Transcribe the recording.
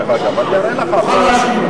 תוכל להשיב לו.